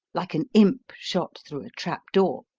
like an imp shot through a trap-door